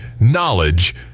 knowledge